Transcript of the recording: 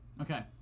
Okay